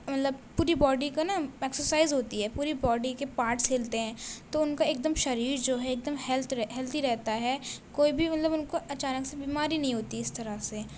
مطلب پوری باڈی کا نا ایکسرسائز ہوتی ہے پوری باڈی کے پارٹس ہلتے ہیں تو ان کا ایک دم شریر جو ہے ایک دم ہیلتھ ہیلدی رہتا ہے کوئی بھی مطلب ان کو اچانک سے بیماری نہیں ہوتی اس طرح سے